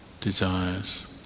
desires